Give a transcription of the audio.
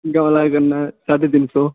गमला दे कन्नै साढे तिन सौ